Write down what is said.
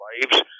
lives